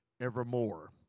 evermore